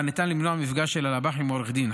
ניתן למנוע מפגש של הלב"ח עם עורך דין.